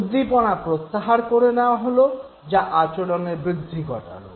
উদ্দীপনা প্রত্যাহার করে নেওয়া হল যা আচরণের বৃদ্ধি ঘটাল